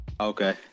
Okay